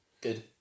good